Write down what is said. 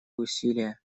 усилия